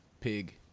pig